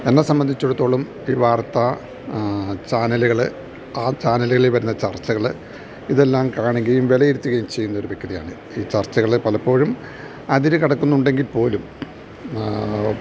എന്നെ സംബന്ധിച്ചിടത്തോളം ഈ വാർത്ത ചാനലുകള് ആ ചാനലുകളിൽ വരുന്ന ചർച്ചകള് ഇതെല്ലാം കാണുകയും വിലയിരുത്തുകയും ചെയ്യുന്നൊരു വ്യക്തിയാണ് ഈ ചർച്ചകള് പലപ്പോഴും അതിര് കടക്കുന്നുണ്ടെങ്കിൽപ്പോലും